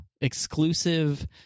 exclusive